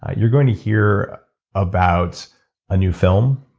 you're going to hear about a new film,